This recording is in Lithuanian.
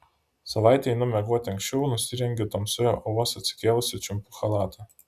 savaitę einu miegoti anksčiau nusirengiu tamsoje o vos atsikėlusi čiumpu chalatą